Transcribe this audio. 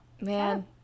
man